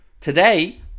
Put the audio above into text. today